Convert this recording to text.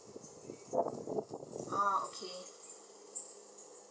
oh okay